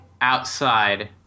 outside